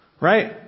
Right